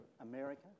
America